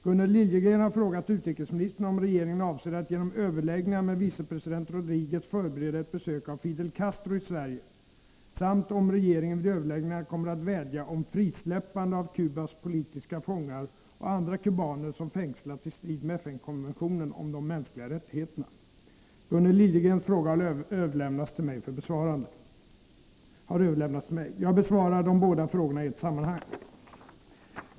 Gunnel Liljegren har frågat utrikesministern om regeringen avser att genom överläggningar med vicepresident Rodriguez förbereda ett besök av Fidel Castro i Sverige samt om regeringen vid överläggningarna kommer att vädja om frisläppande av Cubas politiska fångar och andra kubaner som fängslats i strid med FN-konventionen om de mänskliga rättigheterna. Gunnel Liljegrens fråga har överlämnats till mig. Jag besvarar de båda frågorna i ett sammanhang.